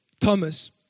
Thomas